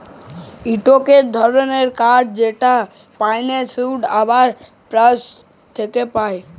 ইকটো ধরণের কাঠ যেটা পাইন, সিডার আর সপ্রুস থেক্যে পায়